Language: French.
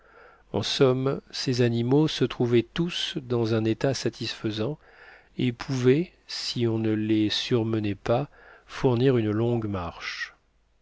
en somme ces animaux se trouvaient tous dans un état satisfaisant et pouvaient si on ne les surmenait pas fournir une longue marche